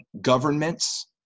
governments